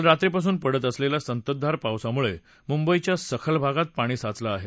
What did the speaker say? काल रात्रीपासून पडत असलेल्या सततधार पावसामुळे मुंबईच्या सखल भागात पाणी साचलं आहे